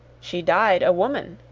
she died a woman,